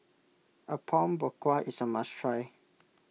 Apom Berkuah is a must try